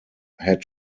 had